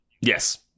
Yes